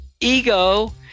ego